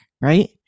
right